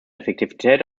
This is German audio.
effektivität